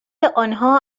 انها